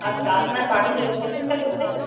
আচ্ছা আপনার বাড়ির লোকেশনটা কোথায়